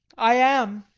i am.